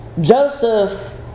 Joseph